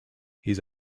his